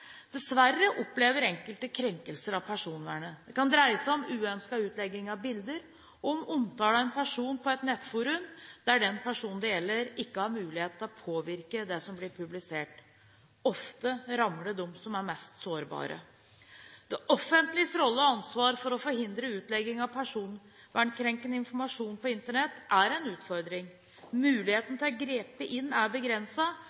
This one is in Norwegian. Dessverre opplever enkelte krenkelser av personvernet. Det kan dreie seg om uønsket utlegging av bilder, eller om omtale av en person på et nettforum, der den personen det gjelder, ikke har mulighet til å påvirke det som blir publisert. Ofte rammer dette dem som er mest sårbare. Det offentliges rolle og ansvar for å forhindre utlegging av personvernkrenkende informasjon på Internett er en utfordring.